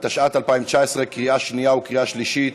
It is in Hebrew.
התשע"ט 2019, לקריאה שנייה וקריאה שלישית.